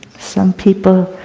some people